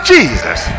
Jesus